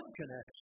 connection